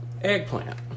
eggplant